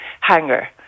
hangar